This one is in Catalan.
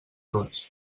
tots